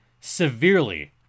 severely